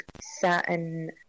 certain